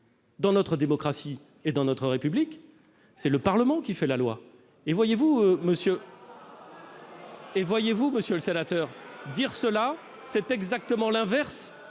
dans notre démocratie et dans notre République, c'est le Parlement qui fait la loi. Voyez-vous, monsieur le sénateur, dire cela, c'est exactement l'inverse